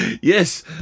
yes